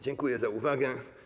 Dziękuję za uwagę.